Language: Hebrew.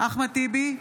אחמד טיבי,